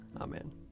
Amen